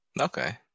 Okay